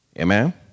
Amen